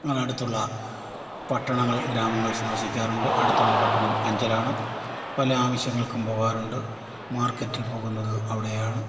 അടുത്തുള്ള പട്ടണങ്ങൾ ഗ്രാമങ്ങൾ സന്ദർശിക്കാറുണ്ട് അടുത്തുള്ള പട്ടണം അഞ്ചലാണ് പല ആവശ്യങ്ങൾക്കും പോകാറുണ്ട് മാർക്കറ്റിൽ പോകുന്നത് അവിടെയാണ്